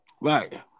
Right